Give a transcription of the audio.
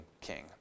king